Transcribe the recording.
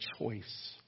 choice